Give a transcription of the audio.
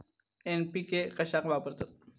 NPK कशाक वापरतत?